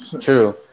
True